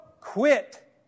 quit